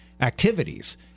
activities